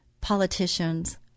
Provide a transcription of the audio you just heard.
politicians